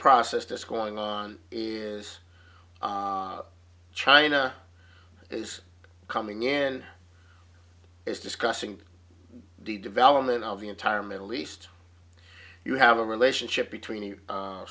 process that's going on is china is coming in and is discussing the development of the entire middle east you have a relationship between